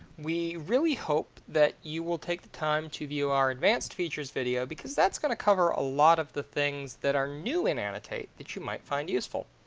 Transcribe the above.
we really hope that you will take time to view our advanced features video because that's gonna cover a lot of the things that are new in annotate that you might find useful.